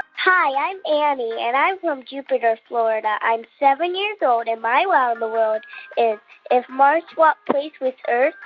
hi, i'm annie. and i'm from jupiter, fla. and i'm seven years old. and my wow in the world is if mars swapped place with earth,